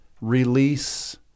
release